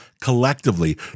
collectively